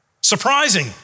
Surprising